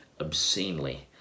obscenely